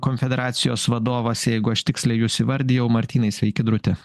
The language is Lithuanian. konfederacijos vadovas jeigu aš tiksliai jus įvardijau martynai sveiki drūti